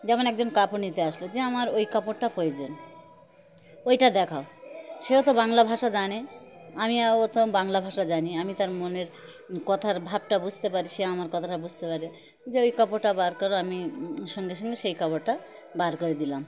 যেমন একজন কাপড় নিতে আসলো যে আমার ওই কাপড়টা প্রয়োজন ওইটা দেখাও সেও তো বাংলা ভাষা জানে আমিও ত বাংলা ভাষা জানি আমি তার মনের কথার ভাবটা বুঝতে পারি সে আমার কথাটা বুঝতে পারে যে ওই কাপড়টা বার করো আমি সঙ্গে সঙ্গে সেই কাপড়টা বার করে দিলাম